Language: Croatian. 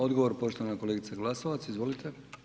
Odgovor poštovana kolegice Glasova, izvolite.